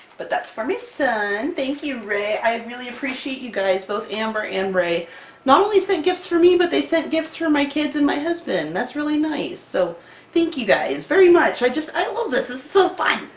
but that's for my son, thank you rae! i really appreciate you guys both amber and rae not only sent gifts for me, but they sent gifts for my kids and my husband, that's really nice! so thank you guys, very much! i just i love this, this is so fun!